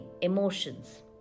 emotions